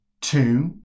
two